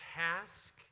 task